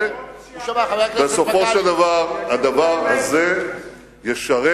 בסופו של דבר, הדבר הזה ישרת